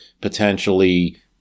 potentially